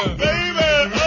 baby